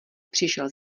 přišel